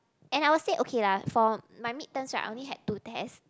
and I will say okay lah for my midterms right I only had two test